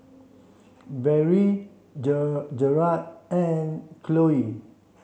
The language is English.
Barrie Jared and Khloe